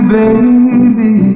baby